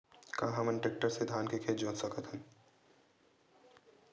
का हमन टेक्टर से धान के खेत ल जोत सकथन?